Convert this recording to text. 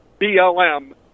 BLM